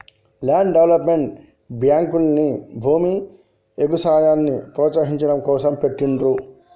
land development బ్యేంకుల్ని భూమి, ఎగుసాయాన్ని ప్రోత్సహించడం కోసం పెట్టిండ్రు